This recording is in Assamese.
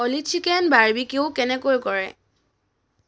অ'লি চিকেন বাৰ্বিক্যু কেনেকৈ কৰে